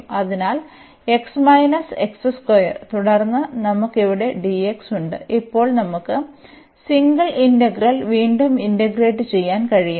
അതിനാൽ തുടർന്ന് നമുക്ക് ഇവിടെ ഉണ്ട് ഇപ്പോൾ നമുക്ക് സിംഗിൾ ഇന്റഗ്രൽ വീണ്ടും ഇന്റഗ്രേറ്റ് ചെയ്യാൻ കഴിയും